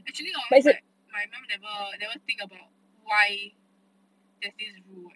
actually hor my my mum never never think about why there's this rule eh